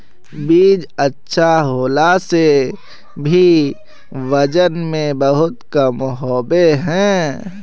बीज अच्छा होला से भी वजन में बहुत कम होबे है?